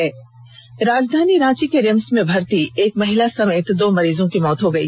इधर राजधानी रांची के रिम्स में भर्ती एक महिला समेत दो मरीजों की मौत हो गई